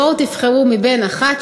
בואו תבחרו מ-1,